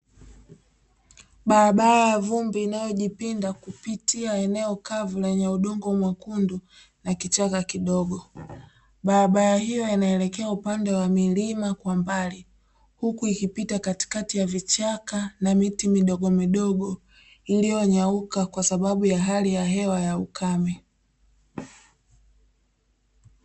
Barabara ya vumbi inayojipinda kupitia eneo kavu lenye udongo mwekundu na kichaka kidogo. Barabara hiyo inaelekea upande wa milima kwa mbali huku ikipita katikati ya vichaka na miti midogomidogo iliyonyauka kwa sababu ya hali ya hewa ya ukame.